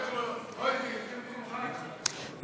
41, נתקבלו.